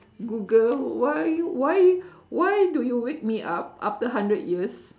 google why why why do you wake me up after hundred years